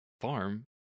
farm